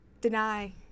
deny